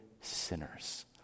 sinners